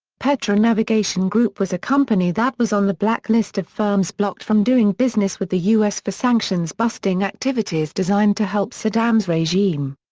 petra navigation group was a company that was on the blacklist of firms blocked from doing business with the u s. for sanctions-busting activities designed to help saddam's regime.